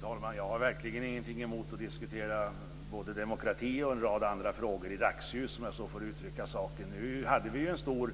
Fru talman! Jag har verkligen ingenting emot att diskutera demokrati och en rad andra frågor i dagsljus, om jag får uttrycka saken så. Nu hade vi en stor